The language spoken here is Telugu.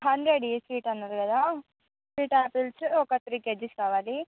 హండ్రెడ్వి స్వీట్ అన్నారు కదా స్వీట్ ఆపిల్స్ ఒక త్రీ కేజెస్ కావాలి